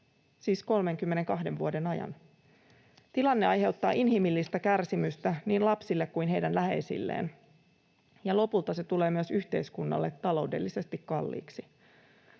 siis 32 vuoden ajan. Tilanne aiheuttaa inhimillistä kärsimystä niin lapsille kuin heidän läheisilleen, ja lopulta se tulee myös yhteiskunnalle taloudellisesti kalliiksi.